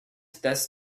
thus